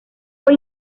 fue